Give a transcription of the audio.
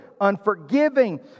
unforgiving